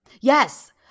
yes